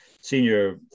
senior